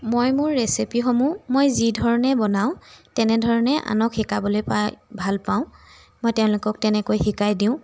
মই মোৰ ৰেচিপিসমূহ মই যিধৰণে বনাওঁ তেনেধৰণে আনক শিকাবলৈ পাই ভাল পাওঁ মই তেওঁলোকক তেনেকৈ শিকাই দিওঁ